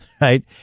Right